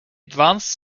advanced